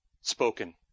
spoken